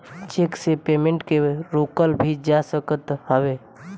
check से payment के रोकल भी जा सकत हवे